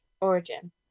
origin